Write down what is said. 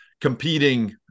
competing